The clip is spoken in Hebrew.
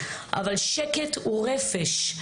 אבל שקט הוא רפש.